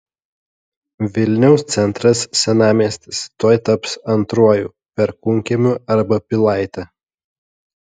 vilniaus centras senamiestis tuoj taps antruoju perkūnkiemiu arba pilaite